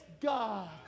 God